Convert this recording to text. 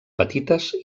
petites